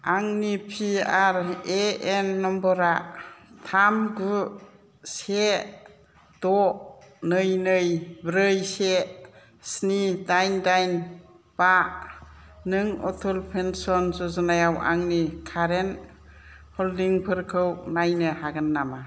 आंनि P R A N नम्बरआ थाम गु से द' नै नै ब्रै से स्नि दाइन दाइन बा नों अटल पेन्सन य'जनायाव आंनि कारेन्ट हल्डिंफोरखौ नायनो हागोन नामा